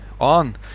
on